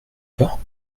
pas